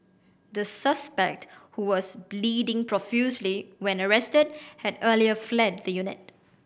the suspect who was bleeding profusely when arrested had earlier fled the unit